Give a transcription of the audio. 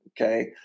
Okay